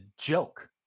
joke